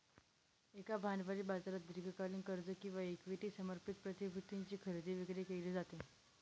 एका भांडवली बाजारात दीर्घकालीन कर्ज किंवा इक्विटी समर्थित प्रतिभूतींची खरेदी विक्री केली जाते